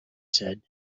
said